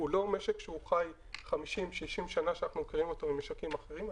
הוא לא משק שחי 50,60 שנה כמו משקים אחרים.